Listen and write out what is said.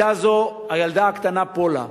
היתה זו הילדה הקטנה פולה,